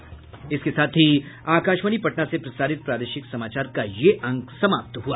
इसके साथ ही आकाशवाणी पटना से प्रसारित प्रादेशिक समाचार का ये अंक समाप्त हुआ